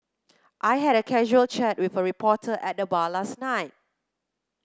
I had a casual chat with a reporter at the bar last night